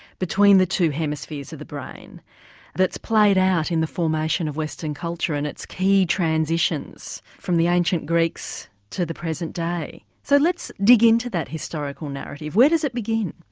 between the two hemispheres of the brain that's played out in the formation of western culture and its key transitions from the ancient greeks to the present day. so let's dig in to that historical narrative, where does it begin?